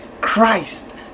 Christ